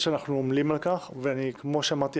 כפי שאמרה